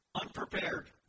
unprepared